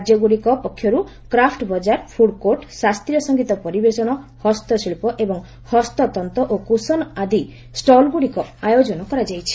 ରାଜ୍ୟଗୁଡ଼ିକ ପକ୍ଷରୁ କ୍ରାଫ୍ଟ ବକାର ଫ୍ରଡ୍ କୋର୍ଟ ଶାସ୍ତୀୟ ସଙ୍ଗୀତ ପରିବେଷଣ ହସ୍ତଶିଳ୍ପ ଏବଂ ହସ୍ତତନ୍ତ ଓ କୁଶନ ଆଦି ଷ୍ଟଲ୍ଗ୍ରଡ଼ିକ ଆୟୋଜନ କରାଯାଇଛି